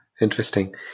interesting